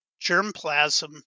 germplasm